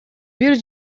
бир